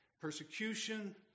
persecution